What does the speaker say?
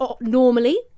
normally